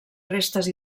restes